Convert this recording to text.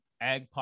ag